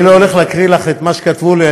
אני לא הולך להקריא לך את מה שכתבו לי,